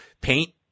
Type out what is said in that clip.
paint